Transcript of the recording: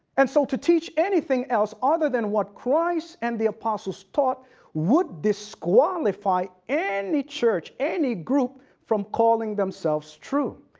and so to teach anything else other than what christ and the apostles taught would disqualify any church, any group from calling themselves true.